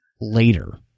later